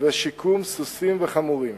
ושיקום של סוסים וחמורים.